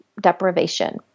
deprivation